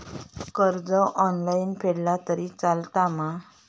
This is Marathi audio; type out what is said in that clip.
कर्ज ऑनलाइन फेडला तरी चलता मा?